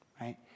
right